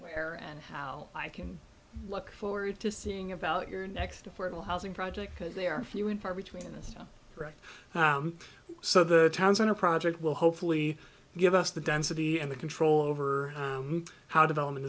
where and how i can look forward to seeing about your next affordable housing project because they are few and far between and right so the town center project will hopefully give us the density and the control over how development